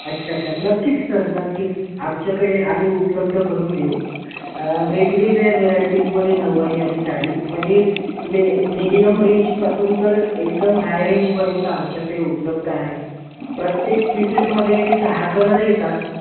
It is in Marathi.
अच्छा अच्छा नक्कीच सर नक्कीच आमच्याकडे आम्ही उपलब्ध करून देऊ वेगवेगळ्या व्हेरायटीजमध्ये नऊवारी आणि साडी म्हणजे मी मिडियम रेंजपासून तर एकदम हाय रेंजपर्यंत आमच्याकडे उपलब्ध आहे प्रत्येक पीसेसमध्ये सहा कलर येतात